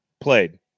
played